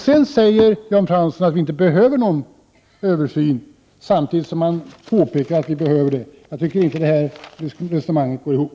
Sedan säger Jan Fransson att vi inte behöver någon översyn samtidigt som han påpekar att vi behöver det. Jag tycker inte att det resonemanget går ihop.